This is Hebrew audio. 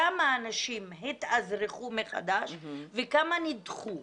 כמה אנשים התאזרחו מחדש וכמה נדחו.